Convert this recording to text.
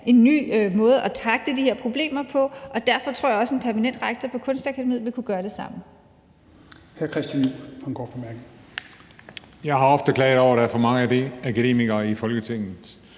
en ny måde at tackle de her problemer på. Og derfor tror jeg også, at en permanent rektor på Kunstakademiet vil kunne gøre det samme.